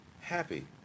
happy